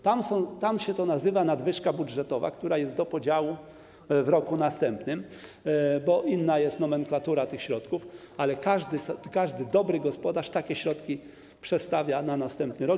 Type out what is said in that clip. tam się to nazywa: nadwyżka budżetowa, która jest do podziału w roku następnym, bo inna jest nomenklatura tych środków, ale każdy dobry gospodarz takie środki przestawia na następny rok.